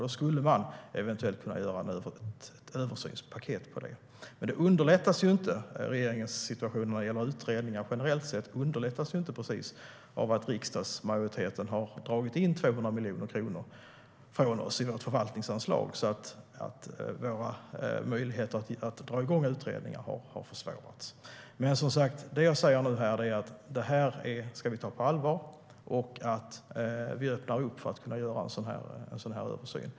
Man skulle eventuellt kunna göra ett översynspaket av det. Regeringens situation när det gäller utredningar generellt sett underlättas inte precis av att riksdagsmajoriteten har dragit in 200 miljoner kronor från oss i vårt förvaltningsanslag. Våra möjligheter att dra igång utredningar har alltså försvårats. Men det jag säger här och nu är att vi ska ta det här på allvar och att vi öppnar upp för att göra en sådan här översyn.